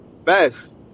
Best